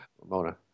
Ramona